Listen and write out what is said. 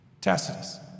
Tacitus